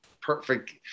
Perfect